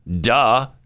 duh